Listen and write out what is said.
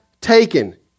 taken